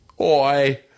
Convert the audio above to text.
Oi